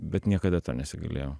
bet niekada to nesigailėjau